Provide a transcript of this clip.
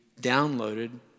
downloaded